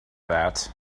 that